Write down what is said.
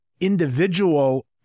individual